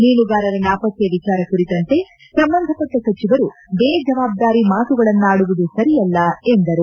ಮೀನುಗಾರರ ನಾಪತ್ತೆ ವಿಚಾರ ಕುರಿತಂತೆ ಸಂಬಂಧಪಟ್ಟ ಸಚಿವರು ದೇಜವಾಬ್ದಾರಿ ಮಾತುಗಳನ್ನಾಡುವುದು ಸರಿಯಲ್ಲ ಎಂದರು